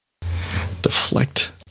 Deflect